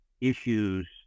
issues